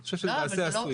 אני חושב שזה מעשה עשוי.